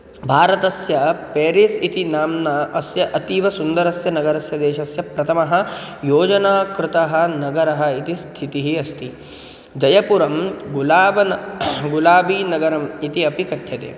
भारतस्य पेरिस् इति नाम्ना अस्य अतीव सुन्दरस्य नगरस्य देशस्य प्रथमं योजनाकृतं नगरम् इति स्थितिः अस्ति जयपुरं गुलाबन गुलाबीनगरम् इति अपि कथ्यते